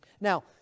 Now